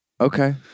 Okay